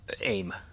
aim